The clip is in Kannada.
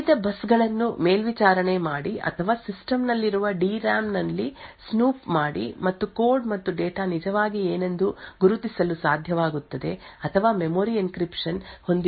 ವಿವಿಧ ಬಸ್ ಗಳನ್ನು ಮೇಲ್ವಿಚಾರಣೆ ಮಾಡಿ ಅಥವಾ ಸಿಸ್ಟಂ ನಲ್ಲಿರುವ D RAM ನಲ್ಲಿ ಸ್ನೂಪ್ ಮಾಡಿ ಮತ್ತು ಕೋಡ್ ಮತ್ತು ಡೇಟಾ ನಿಜವಾಗಿ ಏನೆಂದು ಗುರುತಿಸಲು ಸಾಧ್ಯವಾಗುತ್ತದೆ ಅಥವಾ ಮೆಮೊರಿ ಎನ್ಕ್ರಿಪ್ಶನ್ ಹೊಂದಿರುವ ಮೂಲಕ ಇದನ್ನು ಸಾಧಿಸಲಾಗುತ್ತದೆ